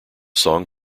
song